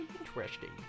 interesting